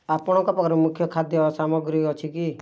ଆପଣଙ୍କ ପାଖରେ ମୁଖ୍ୟ ଖାଦ୍ୟ ସାମଗ୍ରୀ ଅଛି କି